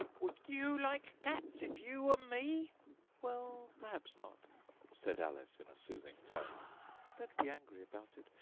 would you like cats if you were me well, perhaps not said alice in a soothing tone don't be angry about it.